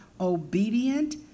obedient